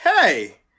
hey